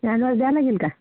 advance द्यावा लागेल का